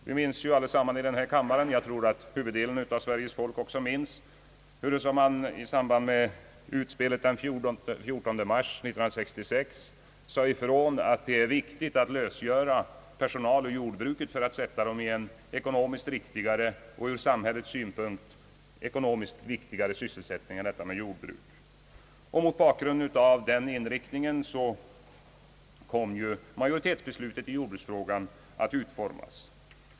Vi här i kammaren, liksom jag tror huvuddelen av det svenska folket, minns hur man i samband med utspelet den 14 mars 1966 gjorde gällande att det vore riktigt att lösgöra personal ur jordbruket för att i stället placera den arbetskraften i en ekonomiskt riktigare och ur samhällets synpunkt ekonomiskt viktigare sysselsättning än jordbruket. Mot bakgrunden av denna inriktning kom majoritetsbeslutet i jordbruksfrågan att utformas.